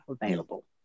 available